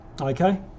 Okay